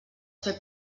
fer